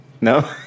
No